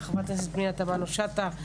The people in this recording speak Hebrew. חברת הכנסת פנינה תמנו שטה,